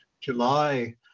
July